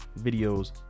videos